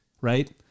right